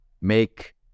make